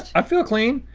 i feel clean.